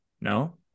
No